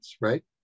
right